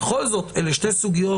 בכל זאת אלה שתי סוגיות,